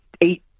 eight